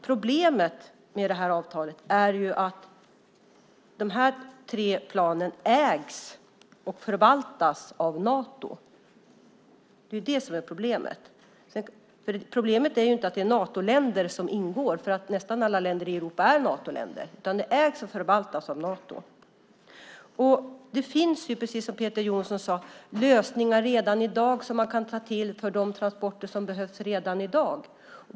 Problemet med avtalet är att de här tre planen ägs och förvaltas av Nato. Problemet är inte att Natoländer ingår eftersom nästan alla länder i Europa är Natoländer, utan problemet är att de ägs och förvaltas av Nato. Det finns, precis som Peter Jonsson sade, lösningar redan i dag som man kan ta till för de transporter som behövs i dag.